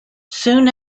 soon